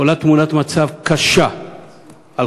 עולה תמונת מצב קשה על